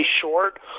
short